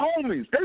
homies